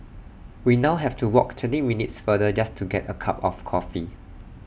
we now have to walk twenty minutes farther just to get A cup of coffee